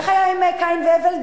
איך היה עם קין והבל?